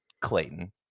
Clayton